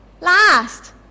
last